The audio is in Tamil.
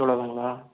இவ்வளோதாங்களா